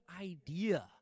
idea